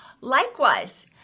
likewise